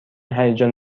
هیجان